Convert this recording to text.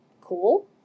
Cool